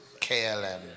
KLM